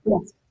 Yes